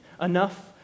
Enough